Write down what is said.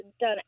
done